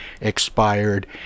expired